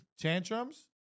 tantrums